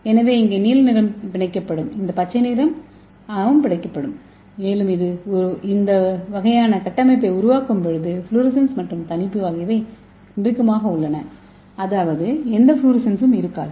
எனவே இந்த நீல நிறம் இங்கே பிணைக்கப்படும் இந்த பச்சை நிறம் இங்கே பிணைக்கப்படும் மேலும் இது இந்த வகையான கட்டமைப்பை உருவாக்கும் போது ஃப்ளோரசன்ஸ் மற்றும் தணிப்பு ஆகியவை நெருக்கமாக உள்ளன அதாவது எந்த ஃப்ளோரசன்ஸும் இருக்காது